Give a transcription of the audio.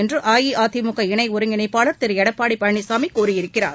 என்று அஇஅதிமுக இணை ஒருங்கிணைப்பாளர் திரு எடப்பாடி பழனிசாமி கூறியிருக்கிறார்